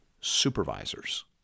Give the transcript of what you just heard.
supervisors